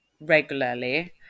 regularly